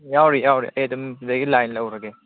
ꯌꯥꯎꯔꯤ ꯌꯥꯎꯔꯤ ꯑꯩ ꯑꯗꯨꯝ ꯁꯤꯗꯒꯤ ꯂꯥꯏꯟ ꯂꯧꯔꯒꯦ